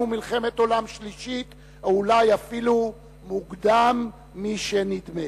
מלחמת עולם שלישית אולי אפילו מוקדם משנדמה.